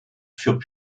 furent